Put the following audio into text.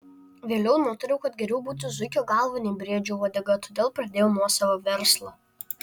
vėliau nutariau kad geriau būti zuikio galva nei briedžio uodega todėl pradėjau nuosavą verslą